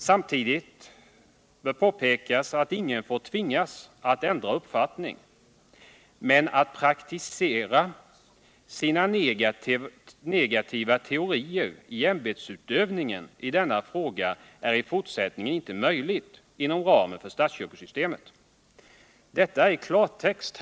Samtidigt bör påpekas att ingen får tvingas att ändra uppfattning, men att praktisera sina negativa teorier i ämbetsutövningen i denna fråga är i fortsättningen inte möjligt inom ramen för statskyrkosystemet. Detta är i klartext.